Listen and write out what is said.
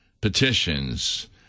petitions